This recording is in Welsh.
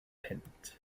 punt